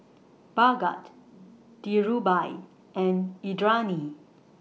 Bhagat Dhirubhai and Indranee